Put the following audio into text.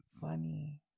Funny